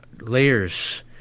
layers